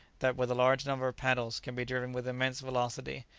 that with a large number of paddles can be driven with immense velocity,